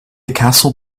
castle